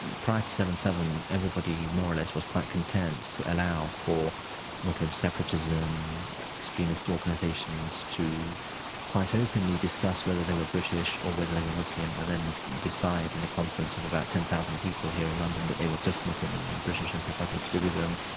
and prior to seven zero seven, everybody more or less was quite content to allow for muslim separatism extremist organizations, to quite openly discuss whether whether they were british or whether they were muslim and then decide in a conference of about ten thousand people here in london that they were just muslim and and britishness had nothing to do with them.